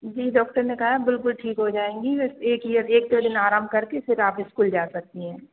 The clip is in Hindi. जी डॉक्टर ने कहा है बिल्कुल ठीक हो जाएँगी बस एक या एक दो दिन आराम करके फिर आप स्कूल जा सकती हैं